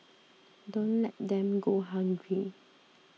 don't let them go hungry